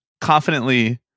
confidently